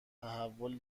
تحول